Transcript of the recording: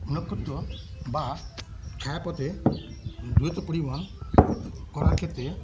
নক্ষত্র বা ছায়াপথে দ্রুত পরিবহণ করার ক্ষেত্রে